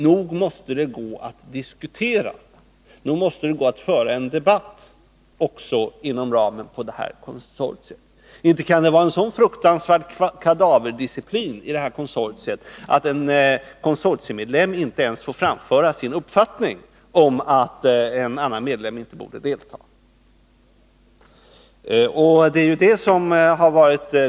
Nog måste det gå att föra en debatt också inom ramen för det här konsortiet! Inte kan det råda en sådan fruktansvärd kadaverdisciplin i konsortiet att en konsortiemedlem inte ens får framföra sin uppfattning att en annan medlem inte borde delta i verksamheten.